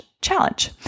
challenge